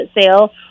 sale